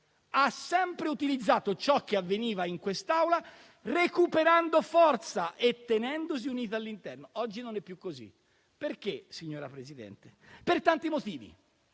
ha sempre utilizzato ciò che avveniva in quest'Aula recuperando forza e tenendosi unita all'interno. Oggi non è più così. Perché, signora Presidente? Per tanti motivi.